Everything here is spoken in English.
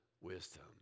wisdom